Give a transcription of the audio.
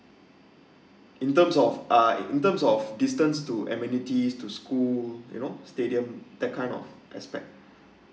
in terms of uh in terms of distance to amenities to school you know stadium that kind of aspect